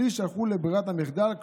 שליש הלכו לברירת המחדל,